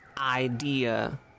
idea